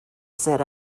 said